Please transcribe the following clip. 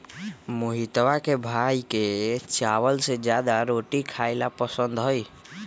मोहितवा के भाई के चावल से ज्यादा रोटी खाई ला पसंद हई